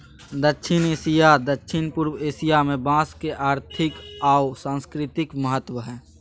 दक्षिण एशिया, दक्षिण पूर्व एशिया में बांस के आर्थिक आऊ सांस्कृतिक महत्व हइ